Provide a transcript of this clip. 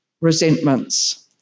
resentments